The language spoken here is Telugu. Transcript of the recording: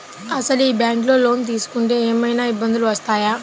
అసలు ఈ బ్యాంక్లో లోన్ తీసుకుంటే ఏమయినా ఇబ్బందులు వస్తాయా?